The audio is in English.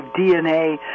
DNA